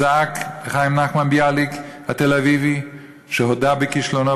זעק חיים נחמן ביאליק התל-אביבי שהודה בכישלונו